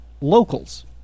locals